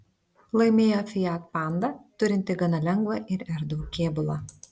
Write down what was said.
laimėjo fiat panda turinti gana lengvą ir erdvų kėbulą